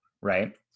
right